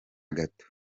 gato